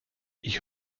ich